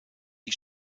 die